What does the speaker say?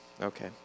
okay